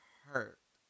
hurt